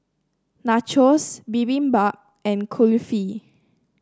Nachos Bibimbap and Kulfi